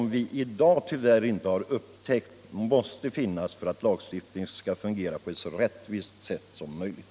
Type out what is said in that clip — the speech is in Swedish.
I dag har vi tyvärr inte upptäckt att det är nödvändigt för att lagstiftningen skall fungera på ett så rättvist sätt som möjligt.